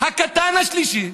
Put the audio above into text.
הקטן השלישי: